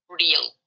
real